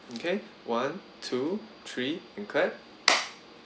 okay one two three and clap